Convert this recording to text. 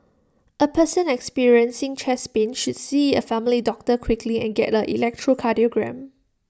A person experiencing chest pain should see A family doctor quickly and get an electrocardiogram